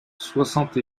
soixante